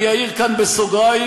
אני אעיר כאן בסוגריים: